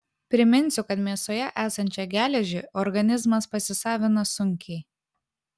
priminsiu kad mėsoje esančią geležį organizmas pasisavina sunkiai